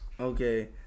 Okay